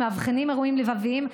מאבחנים אירועים לבביים,